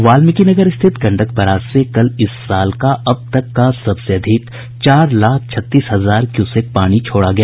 वाल्मिकीनगर स्थित गंडक बराज से कल इस साल का अब तक का सबसे अधिक चार लाख छत्तीस हजार क्यूसेक पानी छोड़ा गया